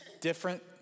different